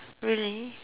really